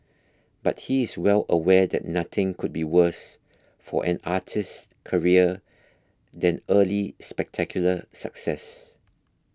but he is well aware that nothing could be worse for an artist's career than early spectacular success